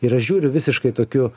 ir aš žiūriu visiškai tokiu